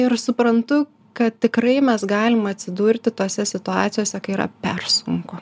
ir suprantu kad tikrai mes galim atsidurti tose situacijose kai yra per sunku